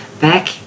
back